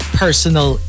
personal